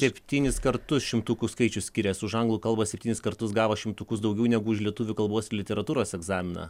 septynis kartus šimtukų skaičius skirias už anglų kalbą septynis kartus gavo šimtukus daugiau negu už lietuvių kalbos ir literatūros egzaminą